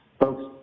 Folks